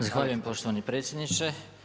Zahvaljujem poštovani predsjedniče.